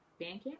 Bandcamp